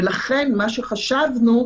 לכן מה שחשבנו,